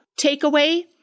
takeaway